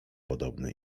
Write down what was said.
podobny